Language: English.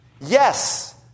Yes